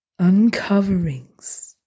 uncoverings